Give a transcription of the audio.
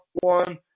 one